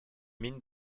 mines